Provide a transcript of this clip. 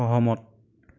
সহমত